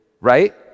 right